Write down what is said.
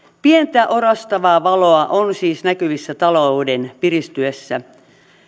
pientä orastavaa valoa on siis näkyvissä talouden piristyessä